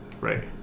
Right